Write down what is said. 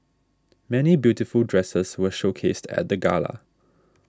many beautiful dresses were showcased at the gala